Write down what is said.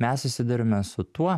mes susiduriame su tuo